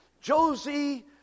Josie